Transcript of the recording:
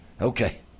Okay